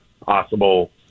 possible